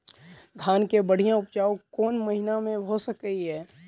धान केँ बढ़िया उपजाउ कोण महीना मे भऽ सकैय?